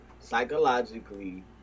psychologically